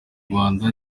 rwanda